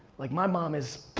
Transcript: like, my mom is